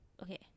okay